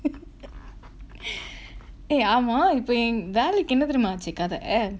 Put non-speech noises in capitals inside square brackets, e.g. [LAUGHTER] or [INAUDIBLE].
[LAUGHS] [BREATH] eh ஆமா இப்ப என் வேலைக்கு என்ன தெரிமா ஆச்சு கத:aamaa ippa en velaikku என்ன therimaa aachu kadha the L